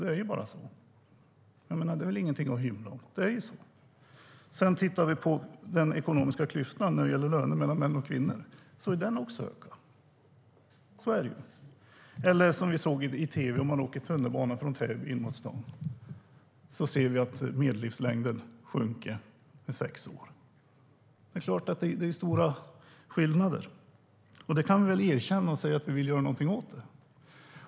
Det är bara så; det är ingenting att hymla om. Klyftan i lönerna mellan män och kvinnor har också ökat. Så är det. Vi såg ett tv-inslag om medellivslängd i förhållande till att man åker tunnelbana. Medellivslängden sjunker med sex år. Det är klart att det finns stora skillnader. Det kan vi väl erkänna och säga att vi vill göra någonting åt det.